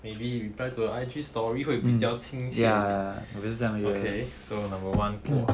maybe you try to I_G story 会比较清楚 so okay number one